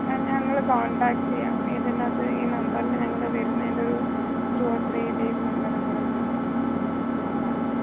ഞങ്ങൾ കോൺടാക്ട് ചെയ്യാം ഇതിൻ്റകത്ത് ഈ നമ്പറിൽ ഞങ്ങൾ വരുന്നതിൻറ്റെയൊരു ടു ഓർ ത്രീ ഡേയ്സ് മുമ്പേ നമ്മളൊന്ന് കോൺടാക്ട് ചെയ്യാം